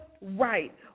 right